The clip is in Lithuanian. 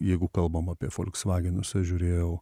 jeigu kalbam apie folksvagenus aš žiūrėjau